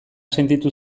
sentitu